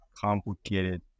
complicated